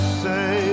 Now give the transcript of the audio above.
say